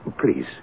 Please